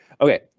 Okay